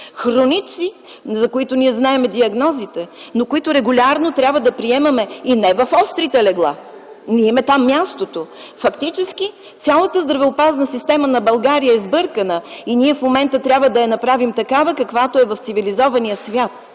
хроници, за които ние знаем диагнозите, но които регулярно трябва да приемаме и не в острите легла. Не им е там мястото. Фактически, цялата здравеопазна система на България е сбъркана и ние в момента трябва да я направим такава, каквато е в цивилизования свят.